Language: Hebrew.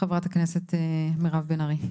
חברת הכנסת מירב בן ארי.